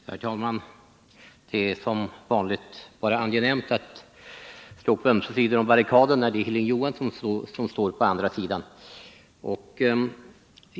Herr talman! Det är som vanligt enbart angenämt att stå på motsatt sida om barrikaden när det är Hilding Johansson som står på andra sidan.